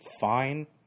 fine